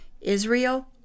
Israel